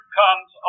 comes